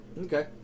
Okay